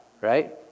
right